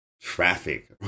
traffic